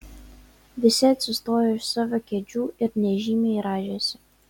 visi atsistojo iš savo kėdžių ir nežymiai rąžėsi